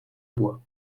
bois